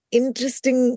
interesting